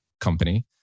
company